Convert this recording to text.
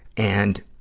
and,